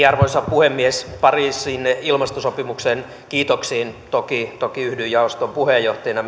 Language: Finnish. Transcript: arvoisa puhemies pariisin ilmastosopimuksen kiitoksiin toki toki yhdyn myös jaoston puheenjohtajana